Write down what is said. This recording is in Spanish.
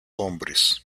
hombres